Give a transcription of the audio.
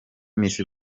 miss